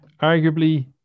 arguably